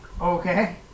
Okay